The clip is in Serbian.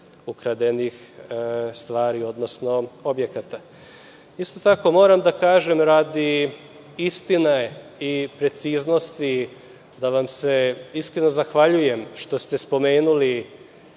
ukradenih stvari, odnosno objekata. Isto tako, moram da kažem radi istine i preciznosti, da vam se iskreno zahvaljujem što ste spomenuli